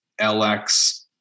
lx